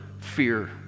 fear